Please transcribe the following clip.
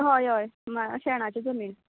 हय हय शेणाची जमीन